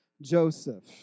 Joseph